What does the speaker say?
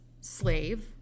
slave